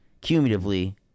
cumulatively